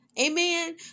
amen